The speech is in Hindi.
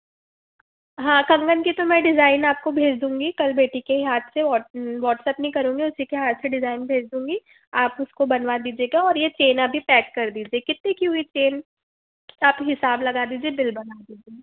हाँ कंगन के तो मैं डिज़ाइन आपको भेज दूंगी कल बेटी के ही हाथ से वॉट्सऐप्प नहीं करूँगी उसी के हाथ से डिज़ाइन भेज दूंगी आप उसको बनवा दीजिएगा और ये चेन अभी पैक कर दीजिए कितने की हुई चेन आप हिसाब लगा दीजिए बिल बना दीजिए